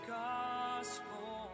gospel